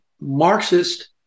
Marxist